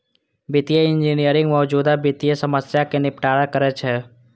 वित्तीय इंजीनियरिंग मौजूदा वित्तीय समस्या कें निपटारा करै छै